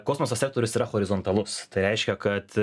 kosmoso sektorius yra horizontalus tai reiškia kad